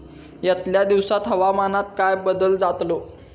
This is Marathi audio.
यतल्या दिवसात हवामानात काय बदल जातलो?